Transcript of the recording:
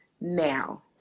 now